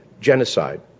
genocide